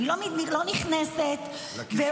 אני לא נכנסת -- בדיוק.